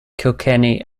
kilkenny